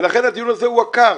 לכן הדיון הזה הוא עקר,